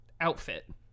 outfit